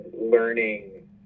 learning